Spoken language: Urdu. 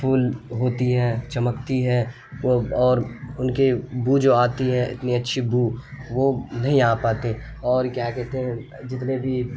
پھول ہوتی ہیں چمکتی ہے وہ اور ان کے بو جو آتی ہے اتنی اچھی بو وہ نہیں آ پاتی اور کیا کہتے ہیں جتنے بھی